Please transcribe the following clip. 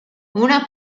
una